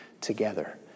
together